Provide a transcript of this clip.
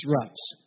disrupts